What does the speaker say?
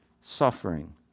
suffering